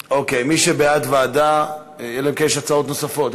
מי שבעד ועדה, אלא אם כן יש הצעות נוספות.